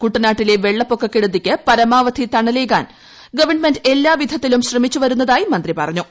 കുട്ടനാട്ടിലെ വെള്ളപ്പൊക്കക്കെടുതിക്ക് പരമാവധി തണലേകാൻ ഗവൺമെന്റ് എല്ലാ വിധത്തിലും ശ്രമിച്ചുവരുന്നതായി മന്ത്രി പറഞ്ഞു